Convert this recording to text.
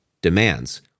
demands